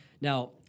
Now